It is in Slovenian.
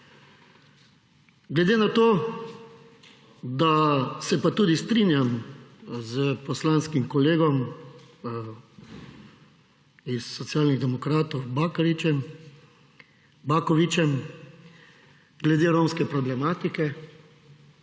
Glede na to, da se pa tudi strinjam s poslanskim kolegom iz Socialnih demokratov Bakovićem glede romske problematike.